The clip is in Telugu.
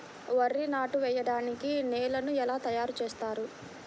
వరి నాట్లు వేయటానికి నేలను ఎలా తయారు చేస్తారు?